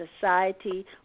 society